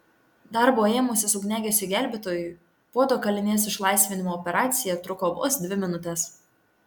darbo ėmusis ugniagesiui gelbėtojui puodo kalinės išlaisvinimo operacija truko vos dvi minutes